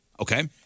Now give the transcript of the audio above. Okay